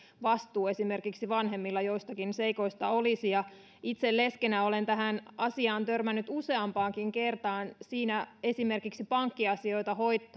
vastuu esimerkiksi vanhemmilla joistakin seikoista olisi itse leskenä olen tähän asiaan törmännyt useampaankin kertaan esimerkiksi siinä että pankkiasioita